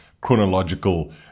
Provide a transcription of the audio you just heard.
chronological